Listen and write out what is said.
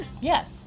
Yes